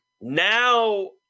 Now